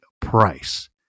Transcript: price